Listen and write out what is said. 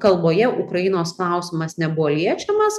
kalboje ukrainos klausimas nebuvo liečiamas